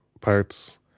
parts